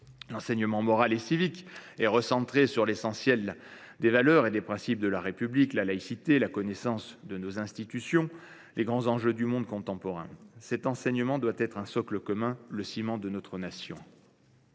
l’enseignement moral et civique est recentré sur l’essentiel : les valeurs et principes de la République, la laïcité, la connaissance de nos institutions et les grands enjeux du monde contemporain. Cet enseignement doit être un socle commun, le ciment de notre nation.